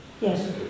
Yes